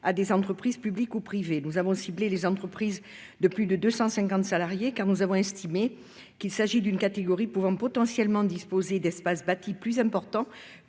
à des entreprises publiques ou privées. Nous avons ciblé les entreprises de plus de 250 salariés, car nous avons estimé que cette catégorie pouvait disposer d'espaces bâtis plus importants